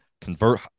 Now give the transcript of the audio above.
convert